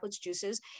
juices